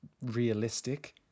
realistic